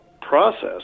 process